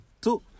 two